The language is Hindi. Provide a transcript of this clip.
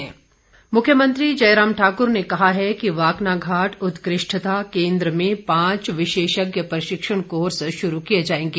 मुख्यमंत्री मुख्यमंत्री जयराम ठाक्र ने कहा है कि वाकनाघाट उत्कृष्टता केन्द्र में पांच विशेषज्ञ प्रशिक्षण कोर्स शुरू किए जाएंगे